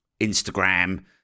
Instagram